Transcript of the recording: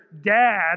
dad